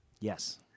Yes